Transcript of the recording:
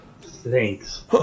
Thanks